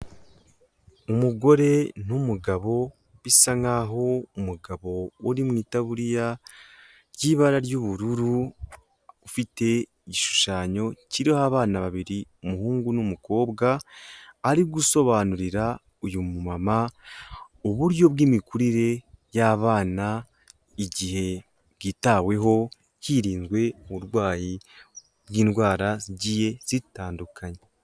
Umugore n'umugabo, bisa nkaho, umugabo uri mu itaburiya, ry'ibara ry'ubururu, ufite igishushanyo kiriho abana babiri, umuhungu n'umukobwa, ari gusobanurira, uyu mumama, uburyo bw'imikurire, y'abana, igihe bwitaweho, hirinzwe, uburwayi, bw'indwara, zagiye zitandukanye.